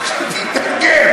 תתרגם.